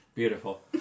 beautiful